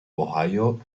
ohio